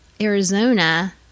arizona